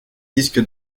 disque